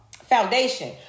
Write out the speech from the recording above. foundation